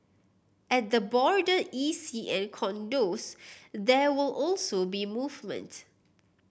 at the border E C and condos there will also be movement